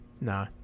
Nah